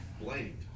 blamed